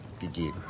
gegeben